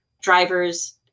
drivers